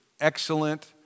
Excellent